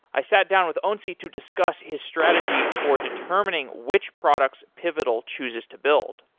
i sat down with onsi to discuss his strategy for determining which products pivotal chooses to build.